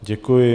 Děkuji.